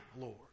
Lord